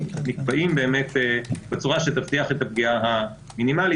באמת בצורה שתבטיח פגיעה מינימלית.